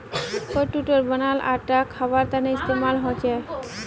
कुट्टूर बनाल आटा खवार तने इस्तेमाल होचे